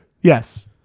Yes